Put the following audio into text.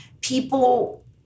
people